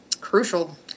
Crucial